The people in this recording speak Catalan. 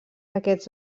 aquests